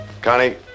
Connie